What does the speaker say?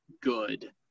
good